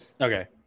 Okay